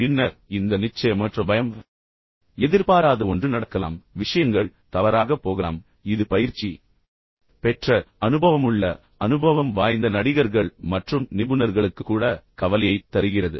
பின்னர் இந்த நிச்சயமற்ற பயம் எதிர்பாராத ஒன்று நடக்கலாம் விஷயங்கள் தவறாகப் போகலாம் இது பயிற்சி பெற்ற அனுபவமுள்ள அனுபவம் வாய்ந்த நடிகர்கள் மற்றும் நிபுணர்களுக்கு கூட கவலையைத் தருகிறது